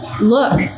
Look